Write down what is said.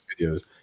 videos